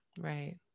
Right